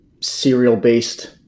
serial-based